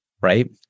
right